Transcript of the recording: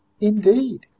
Indeed